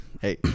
hey